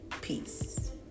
Peace